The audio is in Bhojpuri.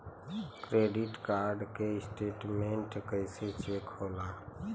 क्रेडिट कार्ड के स्टेटमेंट कइसे चेक होला?